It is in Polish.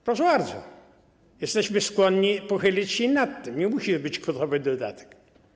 Proszę bardzo, jesteśmy skłonni pochylić się i nad tym, nie musi to być gotowy dodatek.